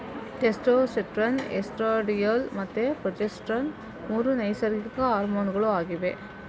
testosterone, estradiol ಮತ್ತೆ progesterone ಮೂರು ನೈಸರ್ಗಿಕ ಹಾರ್ಮೋನುಗಳು ಆಗಿವೆ